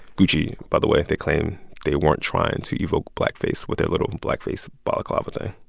gucci, by the way, they claim they weren't trying to evoke blackface with their little blackface balaclava thing.